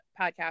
podcast